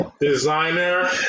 designer